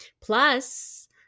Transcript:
Plus